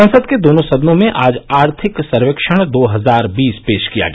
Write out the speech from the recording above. संसद के दोनों सदनों में आज आर्थिक सर्वेक्षण दो हजार बीस पेश किया गया